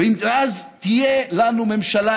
ואז תהיה לנו ממשלה,